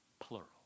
plural